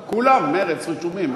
כולם, מרצ, רשומים.